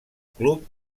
club